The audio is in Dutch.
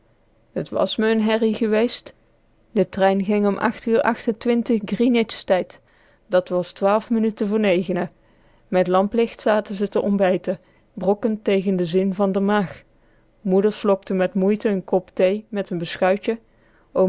t was me n herrie geweest de trein ging om uur griene tijd dat was twaalf minnute voor negenen met lamplicht zaten ze te ontbijten brokkend tegen den zin van d'r maag moeder slokte met moeite n kop thee met n beschuitje